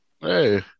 Hey